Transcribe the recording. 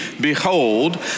behold